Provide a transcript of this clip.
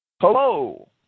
Hello